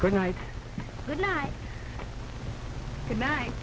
good night good night